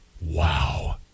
Wow